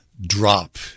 drop